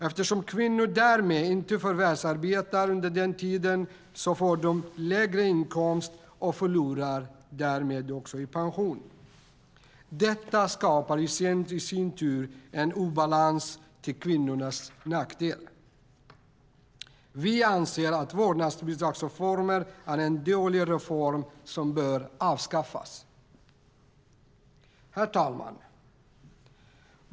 Eftersom kvinnorna därmed inte förvärvsarbetar under den tiden får de lägre inkomst och förlorar därmed också i pension. Detta skapar i sin tur en obalans till kvinnornas nackdel. Vi anser att vårdnadsbidragsreformen är en dålig reform som bör avskaffas. Herr talman!